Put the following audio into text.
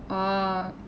oh